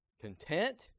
content